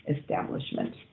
establishment